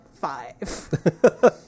five